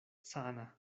sana